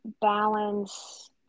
Balance